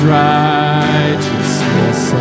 righteousness